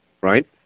Right